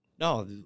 No